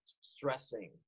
stressing